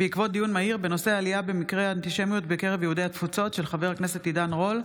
בעקבות דיון מהיר בהצעתו של חבר הכנסת עידן רול בנושא: